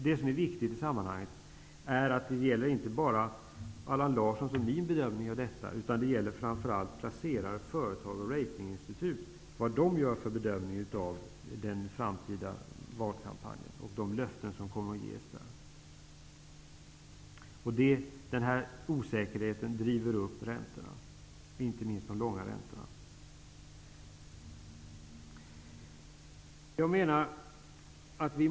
Det viktiga i sammanhanget är att det inte bara gäller Allan Larssons och min bedömning av detta, det gäller framför allt vad placerare, företagare och ratinginstitut gör för bedömning av den framtida valkampanjen och de löften som kommer att ges där. Den här osäkerheten driver upp räntorna, och inte minst de långa räntorna.